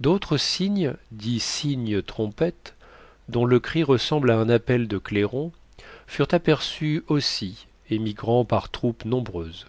d'autres cygnes dits cygnes trompettes dont le cri ressemble à un appel de clairon furent aperçus aussi émigrant par troupes nombreuses